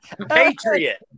Patriot